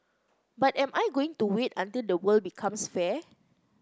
but am I going to wait until the world becomes fair